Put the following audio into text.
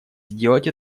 сделать